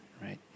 right